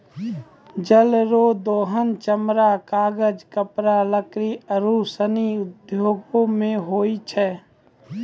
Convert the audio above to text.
जल रो दोहन चमड़ा, कागज, कपड़ा, लकड़ी आरु सनी उद्यौग मे होय छै